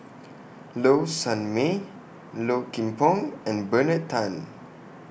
Low Sanmay Low Kim Pong and Bernard Tan